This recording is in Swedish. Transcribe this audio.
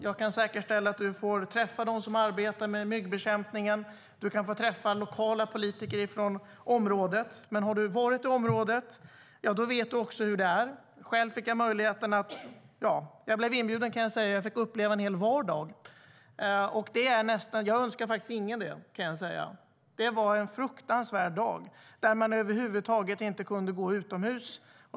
Jag kan säkerställa att du får träffa dem som arbetar med myggbekämpningen, och du kan få träffa lokala politiker från området. Men om du har varit i området vet du hur det är. Själv blev jag inbjuden och fick uppleva en hel vardag där, och det önskar jag faktiskt ingen. Det var en fruktansvärd dag där man över huvud taget inte kunde gå utomhus.